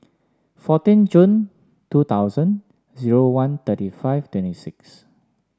fourteen Jun two thousand zero one thirty five twenty six